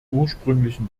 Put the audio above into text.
ursprünglichen